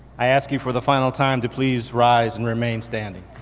i ask you for the final time to please rise and remain standing.